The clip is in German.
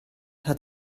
hat